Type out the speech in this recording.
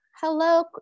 hello